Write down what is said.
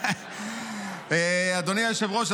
אדוני היושב-ראש,